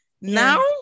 Now